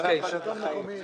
והשלטון המקומי